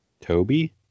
toby